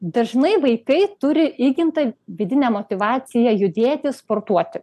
dažnai vaikai turi įgimtą vidinę motyvaciją judėti sportuoti